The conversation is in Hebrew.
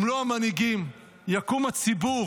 אם לא המנהיגים, יקום הציבור,